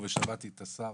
ושמעתי את השר